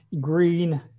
green